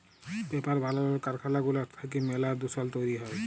paper বালালর কারখালা গুলা থ্যাইকে ম্যালা দুষল তৈরি হ্যয়